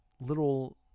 little